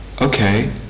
Okay